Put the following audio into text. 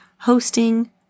Hosting